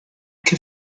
che